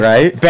Right